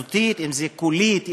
אם חזותית ואם קולית.